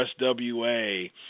USWA